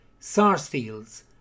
Sarsfields